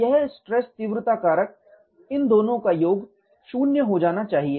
यह स्ट्रेस तीव्रता कारक इन दोनों का योग 0 हो जाना चाहिए